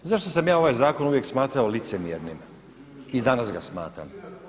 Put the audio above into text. Zašto sam ja ovaj zakon uvijek smatrao licemjernim i danas ga smatram.